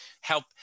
help